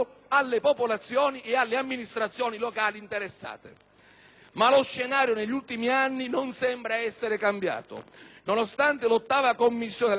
Ma lo scenario negli ultimi anni non sembra essere cambiato. Nonostante l'VIII Commissione della Camera dei deputati, nella seduta del 16 ottobre 2006